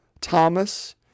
Thomas